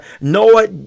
Noah